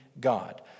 God